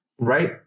right